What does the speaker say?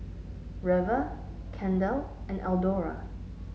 Reva Kendal and Eldora